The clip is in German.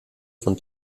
von